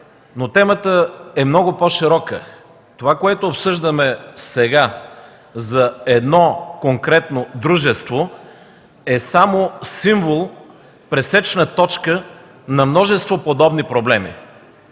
Темата е много по-широка. Това, което обсъждаме сега за едно конкретно дружество, е само символ, пресечна точка на множество подобни проблеми.